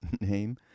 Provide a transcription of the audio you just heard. name